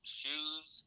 shoes